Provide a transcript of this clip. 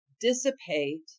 dissipate